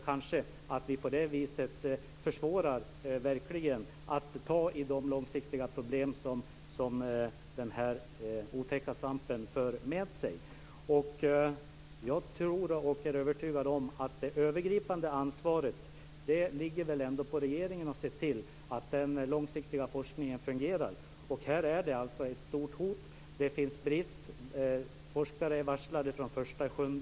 Kanske försvårar vi på det viset att ta i de långsiktiga problem som den här otäcka svampen för med sig. Jag är övertygad om att det övergripande ansvaret ligger hos regeringen. Den ska se till att den långsiktiga forskningen fungerar. Här är det ett stort hot. Det finns brist på pengar. Forskare är varslade från den 1 juli.